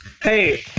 Hey